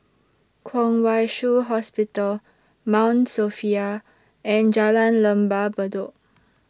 Kwong Wai Shiu Hospital Mount Sophia and Jalan Lembah Bedok